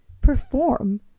perform